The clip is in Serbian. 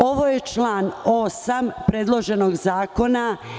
Ovo je član 8. predloženog zakona.